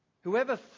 Whoever